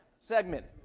segment